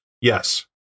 Yes